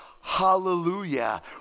hallelujah